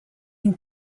can